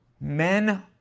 Men